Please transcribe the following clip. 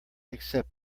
accept